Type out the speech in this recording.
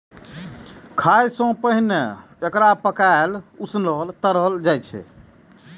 खाय सं पहिने एकरा पकाएल, उसनल, तरल जाइ छै